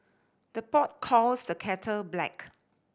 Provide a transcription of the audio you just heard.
the pot calls the kettle black